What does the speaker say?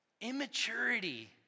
Immaturity